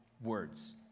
words